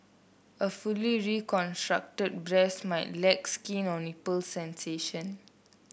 a fully reconstructed breast might lack skin or nipple sensation